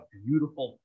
beautiful